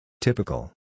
Typical